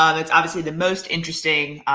ah that's obviously the most interesting.